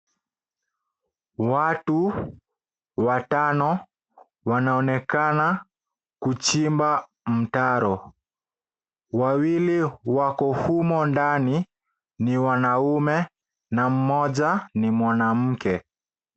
Watu watano wanaonekana kuchimba mtaro. Wawili wako humo ndani ni wanaume, na mmoja ni mwanamke.